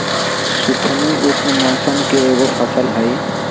सुथनी उष्ण मौसम के एगो फसल हई